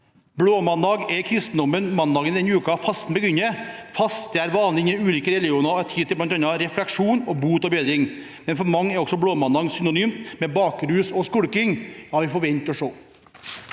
Blåmandag er i kristendommen mandagen i den uken fasten begynner. Faste er vanlig i ulike religioner og gir tid til bl.a. refleksjon og bot og bedring. Men for mange er også blåmandag synonymt med bakrus og skulking. Vi får vente og se.